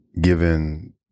given